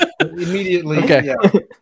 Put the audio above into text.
Immediately